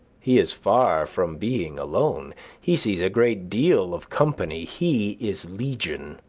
he is far from being alone he sees a great deal of company he is legion.